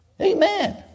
Amen